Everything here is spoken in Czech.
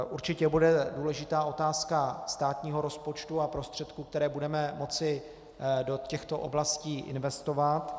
Určitě bude důležitá otázka státního rozpočtu a prostředků, které budeme moci do těchto oblastí investovat.